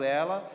ela